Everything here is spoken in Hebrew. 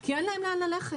כי אין להם לאן ללכת.